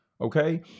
okay